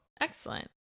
Excellent